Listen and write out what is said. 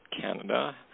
Canada